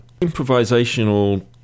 improvisational